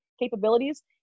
capabilities